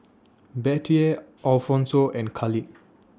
Bettye Alphonso and Khalid